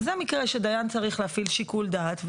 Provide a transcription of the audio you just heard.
אז זה מקרה שדיין צריך להפעיל שיקול דעת,